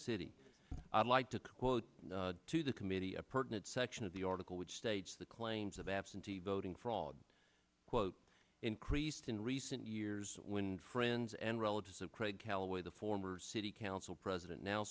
city i'd like to quote to the committee a pertinent section of the article which states the claims of absentee voting fraud quote increased in recent years when friends and relatives of craig callaway the former city council president now